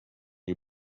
you